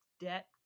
debt